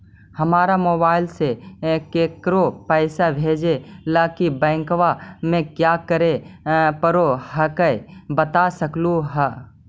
हमरा मोबाइलवा से केकरो पैसा भेजे ला की बैंकवा में क्या करे परो हकाई बता सकलुहा?